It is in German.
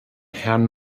herrn